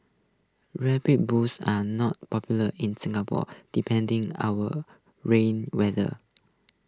rubber boots are not popular in Singapore depending our rainy weather